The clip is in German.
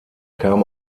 kam